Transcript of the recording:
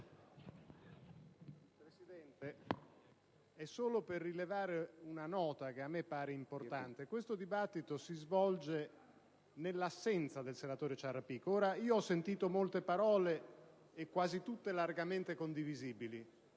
Presidente, intervengo solo per rilevare una nota che a me pare importante: questo dibattito si svolge nell'assenza del senatore Ciarrapico. Ho sentito molte parole, e quasi tutte largamente condivisibili.